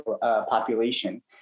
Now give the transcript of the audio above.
population